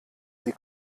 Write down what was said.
die